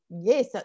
yes